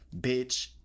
bitch